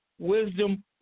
Wisdom